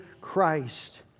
Christ